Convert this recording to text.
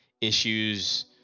issues